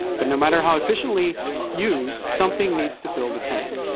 but no matter how efficiently used, something needs to fill the tank.